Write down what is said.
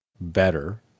better